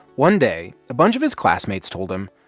one day a bunch of his classmates told him,